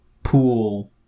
pool